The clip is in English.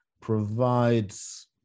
provides